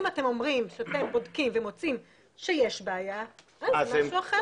אם אתם אומרים שאתם בודקים ומוצאים שיש בעיה אז זה משהו אחר.